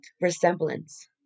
resemblance